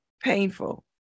painful